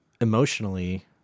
emotionally